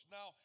Now